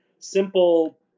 simple